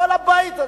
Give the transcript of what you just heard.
כל הבית הזה.